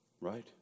Right